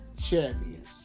champions